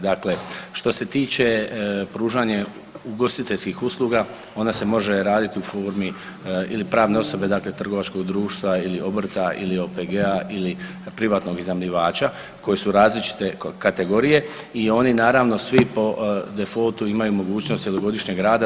Dakle, što se tiče pružanja ugostiteljskih usluga ona se može raditi u formi ili pravne osobe dakle trgovačkog društva ili obrta ili OPG-a ili privatnog iznajmljivača koji su različite kategorije i oni naravno svi po defoltu imaju mogućnost cjelogodišnjeg rada.